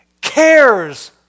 cares